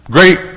Great